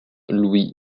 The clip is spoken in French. louis